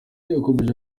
yakomeje